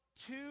two